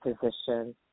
position